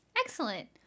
Excellent